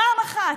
פעם אחת.